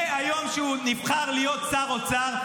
מהיום שהוא נבחר להיות שר אוצר,